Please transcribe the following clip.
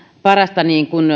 parasta